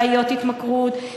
בעיות התמכרות,